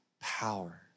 power